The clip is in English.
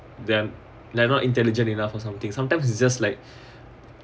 them like not intelligent enough or something sometimes it just like